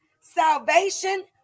Salvation